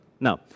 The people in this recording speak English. Now